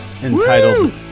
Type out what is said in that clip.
entitled